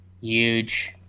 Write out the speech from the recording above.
Huge